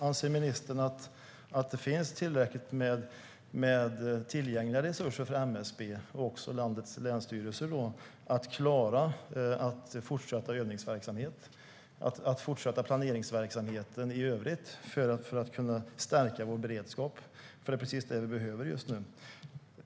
Anser ministern att MSB och landets länsstyrelser har tillräckligt med tillgängliga resurser för att klara av att fortsätta med övningsverksamhet och planeringsverksamheten i övrigt för att stärka vår beredskap? Det är nämligen precis det vi behöver just nu.